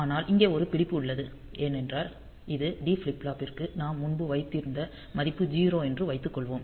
ஆனால் இங்கே ஒரு பிடிப்பு உள்ளது ஏனெனில் இந்த டி ஃபிளிப் ஃப்ளாப்பிற்கு நாம் முன்பு வைத்திருந்த மதிப்பு 0 என்று வைத்துக் கொள்வோம்